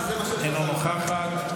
אינה נוכחת,